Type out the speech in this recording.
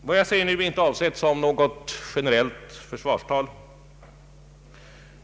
Vad jag nu säger är inte avsett som något generellt försvarstal.